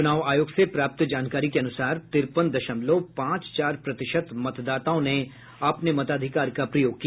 चुनाव आयोग से प्राप्त जानकारी के अनुसार तिरपन दशमलव पांच चार प्रतिशत मतदाताओं ने अपने मताधिकार का प्रयोग किया